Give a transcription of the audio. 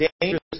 dangerous